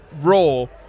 role